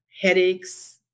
headaches